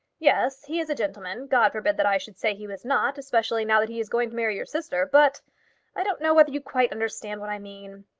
yes he is a gentleman. god forbid that i should say he was not especially now that he is going to marry your sister. but i don't know whether you quite understand what i mean?